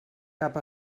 cap